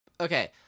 Okay